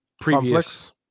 previous